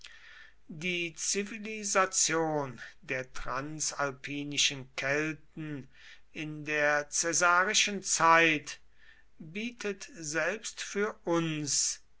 die zivilisation der transalpinischen kelten in der caesarischen zeit bietet selbst für uns